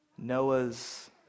Noah's